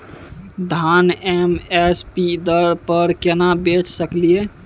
धान M S P दर पर केना बेच सकलियै?